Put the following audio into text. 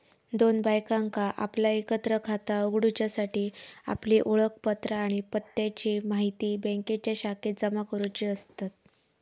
दोन बायकांका आपला एकत्र खाता उघडूच्यासाठी आपली ओळखपत्रा आणि पत्त्याची म्हायती बँकेच्या शाखेत जमा करुची असतत